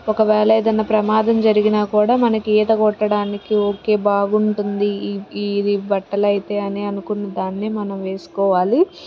ఒకవేళ ఏదన్నా ప్రమాదం జరిగినా కూడా మనకి ఈత కొట్టడానికి ఓకే బాగుంటుంది ఇవి ఇవి బట్టలైతే అని అనుకున్న దాన్నే మనం వేసుకోవాలి